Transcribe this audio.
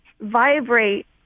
vibrate